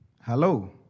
Hello